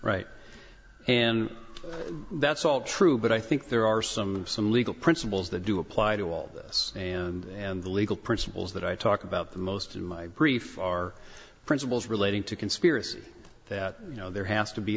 right and that's all true but i think there are some some legal principles that do apply to all this and the legal principles that i talk about the most in my brief are principles relating to conspiracy that you know there has to be